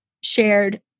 shared